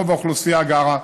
רוב האוכלוסייה גרה,